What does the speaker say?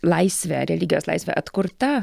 laisvė religijos laisvė atkurta